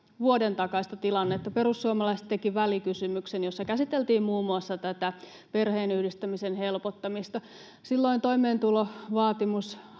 vuoden takaista tilannetta. Perussuomalaiset tekivät välikysymyksen, jossa käsiteltiin muun muassa tätä perheenyhdistämisen helpottamista. Silloin toimeentulovaatimus